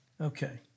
Okay